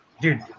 dude